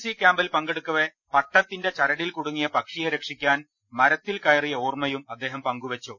C ക്യാമ്പിൽ പങ്കെടുക്കവെ പട്ടത്തിന്റെ ചരടിൽ കുരുങ്ങിയ പക്ഷിയെ രക്ഷിക്കാൻ മരത്തിൽ കയറിയ ഓർമ്മയും അദ്ദേഹം പങ്കുവെച്ചു